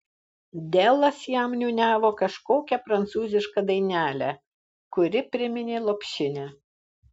delas jam niūniavo kažkokią prancūzišką dainelę kuri priminė lopšinę